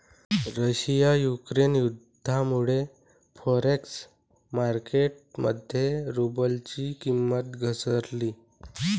Russia Ukraine युद्धामुळे forex market मध्ये रुबलची किंमत घसरली